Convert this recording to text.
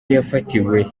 yafatiwe